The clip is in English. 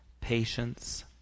patience